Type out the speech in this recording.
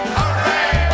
Hooray